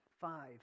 Five